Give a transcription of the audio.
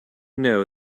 know